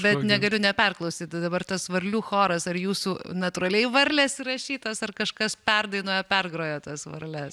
bet negaliu neperklausyt tai dabar tas varlių choras ar jūsų natūraliai varlės įrašytos ar kažkas perdainuoja pergroja tas varles